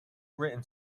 written